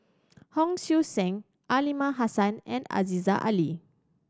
Hon Sui Sen Aliman Hassan and Aziza Ali